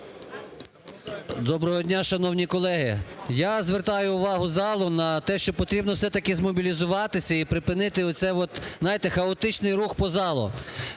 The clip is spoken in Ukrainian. Доброго дня, шановні колеги! Я звертаю увагу залу на те, що потрібно все-таки змобілізуватися і припинити оце от, знаєте, хаотичний рух по залу.